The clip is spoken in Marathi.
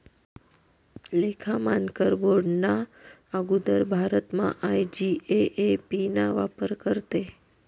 लेखा मानकर बोर्डना आगुदर भारतमा आय.जी.ए.ए.पी ना वापर करेत